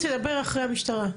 הפרקליטות תדבר אחרי המשטרה.